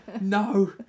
no